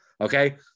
Okay